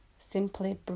Simply